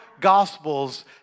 Gospels